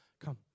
Come